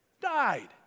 died